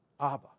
Abba